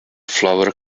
flower